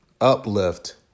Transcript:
uplift